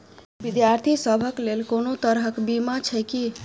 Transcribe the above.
विद्यार्थी सभक लेल कोनो तरह कऽ बीमा छई की?